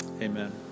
Amen